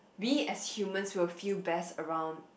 we as human will feel best around